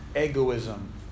Egoism